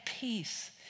peace